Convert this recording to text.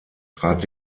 trat